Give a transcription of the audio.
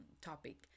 topic